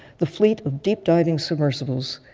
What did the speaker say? the fleet of deep-diving submersibles,